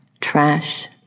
trash